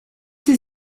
sie